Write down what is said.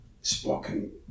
spoken